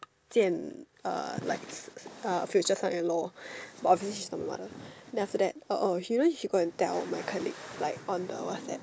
见 uh like uh future son in law Bavis is the mother then after that oh you know she go and tell my colleague like on the WhatsApp's